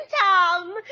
Tom